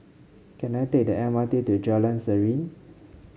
can I take the M R T to Jalan Serene